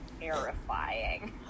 terrifying